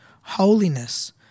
holiness